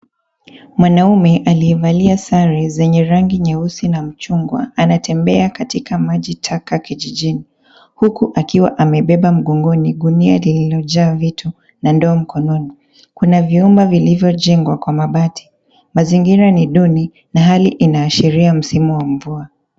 Mwanaume aliyevalia sare zenye rangi nyeusi na machungwa anatembea katika maji taka kijijini huku akiwa amebeba mgongoni gunia lililojaa vitu na ndoo mkononi. Kuna vyumba vilivyojengwa kwa mabati. Mazingira ni duni na hali inaashiria msimu wa mvua.